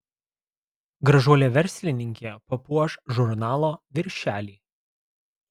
gražuolė verslininkė papuoš žurnalo viršelį